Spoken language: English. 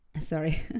Sorry